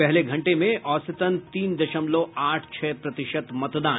पहले घंटे में और्सतन तीन दशमलव आठ छह प्रतिशत मतदान